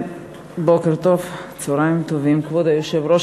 בוקר טוב, צהריים טובים, כבוד היושב-ראש.